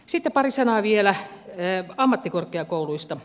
sitten pari sanaa vielä ammattikorkeakouluista